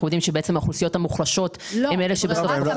יודעים שהאוכלוסיות המוחלשות הן אלה שנפגעות.